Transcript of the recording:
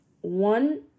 one